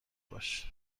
باشه